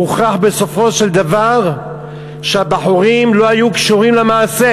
הוכח בסופו של דבר שהבחורים לא היו קשורים למעשה,